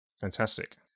Fantastic